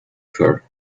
her